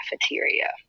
cafeteria